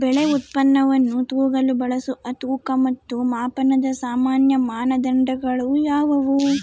ಬೆಳೆ ಉತ್ಪನ್ನವನ್ನು ತೂಗಲು ಬಳಸುವ ತೂಕ ಮತ್ತು ಮಾಪನದ ಸಾಮಾನ್ಯ ಮಾನದಂಡಗಳು ಯಾವುವು?